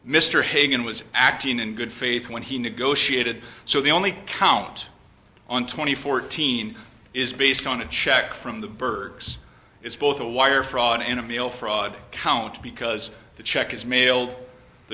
mr hagan was acting in good faith when he negotiated so the only count on twenty fourteen is based on a check from the burkes it's both a wire fraud and a meal fraud count because the check is mailed the